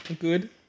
Good